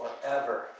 forever